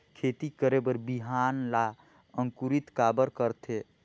खेती करे बर बिहान ला अंकुरित काबर करथे?